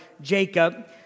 Jacob